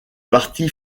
parti